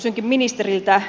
kysynkin ministeriltä